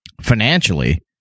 financially